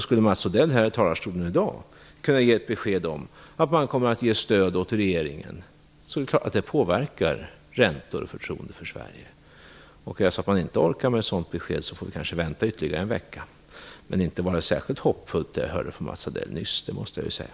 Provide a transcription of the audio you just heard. Skulle Mats Odell här i talarstolen i dag kunna ge ett besked om att han kommer att stödja regeringen, är det klart att det skulle påverka räntor och förtroendet för Sverige. Är det så att han inte orkar att ge ett sådant besked, får vi kanske vänta ytterligare en vecka. Men det som jag nyss hörde från Mats Odell lät inte särskilt hoppfullt. Det måste jag ju säga.